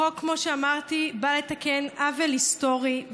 החוק, כמו שאמרתי, בא לתקן עוול היסטורי.